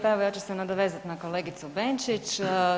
Pa evo ja ću se nadovezati na kolegicu Benčić.